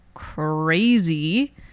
crazy